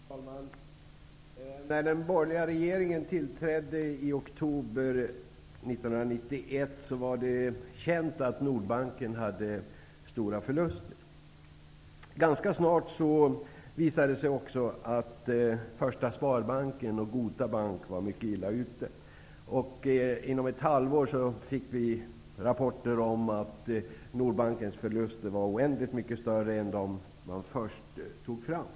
Fru talman! När den borgerliga regeringen tillträdde i oktober 1991 var det känt att Nordbanken hade stora förluster. Ganska snart visade det sig också att Första Sparbanken och Gota Bank var mycket illa ute. Inom ett halvår fick vi rapporter om att Nordbankens förluster var oändligt mycket större än vad man först redovisade.